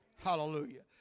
Hallelujah